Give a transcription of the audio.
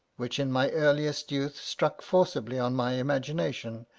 which in my earliest youth struck forcibly on my imagination,